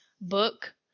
book